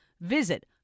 visit